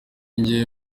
njye